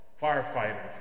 firefighters